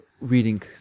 reading